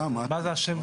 מה זה השם?